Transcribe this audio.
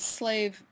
slave